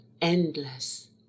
endless